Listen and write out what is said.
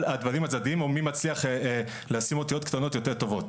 הדברים הצדדיים או מי מצליח לשים אותיות קטנות יותר טובות.